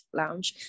lounge